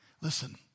Listen